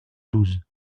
douze